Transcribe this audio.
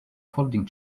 folding